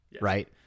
right